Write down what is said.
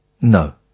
No